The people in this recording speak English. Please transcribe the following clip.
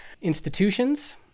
institutions